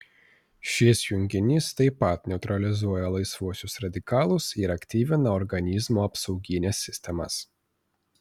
šis junginys taip pat neutralizuoja laisvuosius radikalus ir aktyvina organizmo apsaugines sistemas